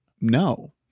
no